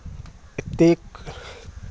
एतेक